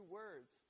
words